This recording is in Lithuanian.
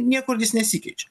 niekur jis nesikeičia